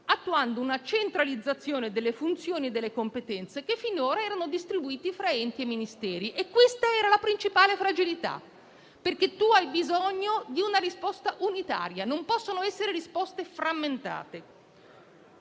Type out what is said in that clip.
attuando una centralizzazione delle funzioni e delle competenze che finora erano distribuite fra enti e Ministeri: questa era la principale fragilità, perché è necessaria una risposta unitaria e le risposte non possono essere frammentate.